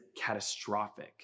catastrophic